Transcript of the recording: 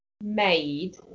made